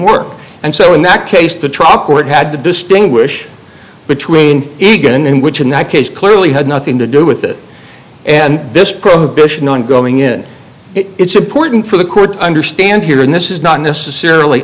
work and so in that case to trial court had to distinguish between egan and which in that case clearly had nothing to do with it and this prohibition on going in it's important for the court understand here and this is not necessarily